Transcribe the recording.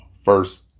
first